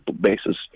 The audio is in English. basis